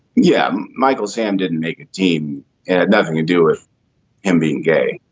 yeah. michael sam didn't make a team and had nothing to do with him being gay.